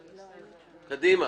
קדימה.